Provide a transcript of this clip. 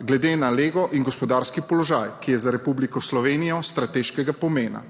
glede na lego in gospodarski položaj, ki je za Republiko Slovenijo strateškega pomena.